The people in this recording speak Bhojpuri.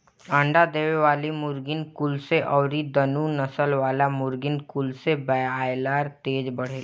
अंडा देवे वाली मुर्गीन कुल से अउरी दुनु नसल वाला मुर्गिन कुल से बायलर तेज बढ़ेला